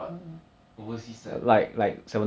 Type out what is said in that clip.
why but I not sure leh they all all see